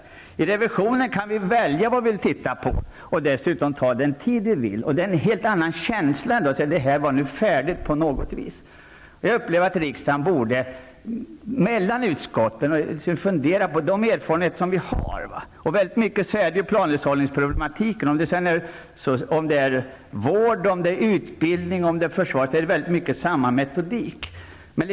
Vi riksdagsrevisorer kan alltid välja vad vi vill titta på och dessutom ta den tid vi behöver. Det är en helt annan känsla. Vi vet att ärendet är färdigbehandlat. Jag upplever att riksdagen, dvs. utskotten tillsammans, borde fundera på de erfarenheter som finns. I mycket handlar det om planhushållningsproblem. Det kan sedan gälla vård, utbildning eller försvaret. Det är i grunden samma problem.